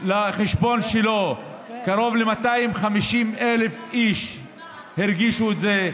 לחשבון שלו, קרוב ל-250,000 איש הרגישו את זה,